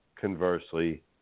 conversely